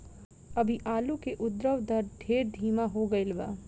अभी आलू के उद्भव दर ढेर धीमा हो गईल बा